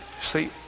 See